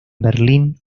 berlín